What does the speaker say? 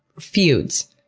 feuds.